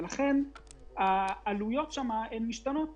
לכן העלויות משתנות